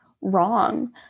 wrong